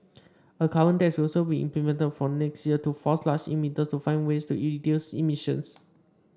a carbon tax will also be implemented from next year to force large emitters to find ways to reduce emissions